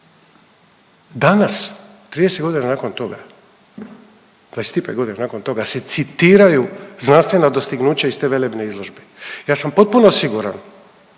Danas 30 godina nakon toga, 25 godina nakon toga se citiraju znanstvena dostignuća iz te velebne izložbe. Ja sam potpuno siguran